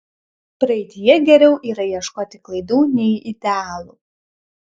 praeityje geriau yra ieškoti klaidų nei idealų